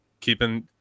keeping